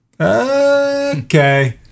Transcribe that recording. Okay